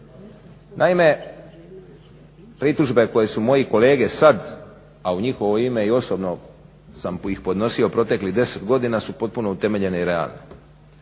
Naime pritužbe koje su moji kolege sad, a u njihovo ime i osobno sam ih podnosio proteklih 10 godina, su potpuno utemeljene i realne.